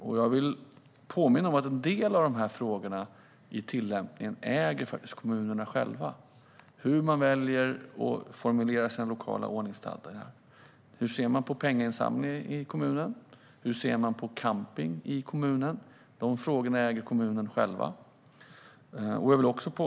Låt mig påminna om att en del av dessa frågor ägs av kommunerna själva. Hur väljer man att formulera sin lokala ordningsstadga? Hur ser man på pengainsamling i kommunen? Hur ser man på camping i kommunen? Dessa frågor äger kommunen själv.